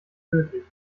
tödlich